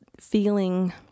feeling